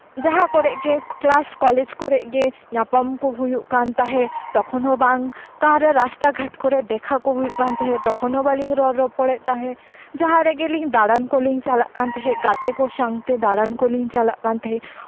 ᱡᱟᱦᱟᱸ ᱠᱚᱨᱮ ᱜᱮ ᱠᱞᱟᱥ ᱠᱚᱞᱮᱡ ᱠᱚᱨᱮ ᱜᱮ ᱧᱟᱯᱟᱢ ᱠᱚ ᱦᱩᱭᱩᱜ ᱠᱟᱱ ᱛᱟᱦᱮᱸᱫ ᱛᱚᱠᱷᱚᱱᱳ ᱵᱟᱝ ᱚᱠᱟᱨᱮ ᱨᱟᱥᱛᱟ ᱜᱷᱟᱴ ᱠᱚᱨᱮᱜ ᱫᱮᱠᱷᱟ ᱠᱚ ᱦᱩᱭᱩᱜ ᱠᱟᱱ ᱛᱟᱦᱮᱸᱫ ᱛᱚᱠᱷᱱᱳ ᱵᱟᱞᱤᱧ ᱨᱚᱲ ᱨᱚᱲᱚᱲᱮᱫ ᱛᱟᱦᱮᱸᱫ ᱡᱟᱦᱟᱸ ᱨᱮᱜᱮᱞᱤᱧ ᱫᱟᱸᱬᱟᱱ ᱠᱚᱞᱤᱧ ᱪᱟᱞᱟᱜ ᱠᱟᱱ ᱛᱟᱦᱮᱸᱫ ᱜᱟᱛᱮ ᱠᱚ ᱥᱟᱶᱛᱮ ᱫᱟᱸᱬᱟᱱ ᱠᱚᱞᱤᱧ ᱪᱟᱞᱟᱜ ᱠᱟᱱ ᱛᱟᱦᱮᱸᱫ